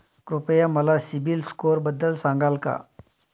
कृपया मला सीबील स्कोअरबद्दल सांगाल का?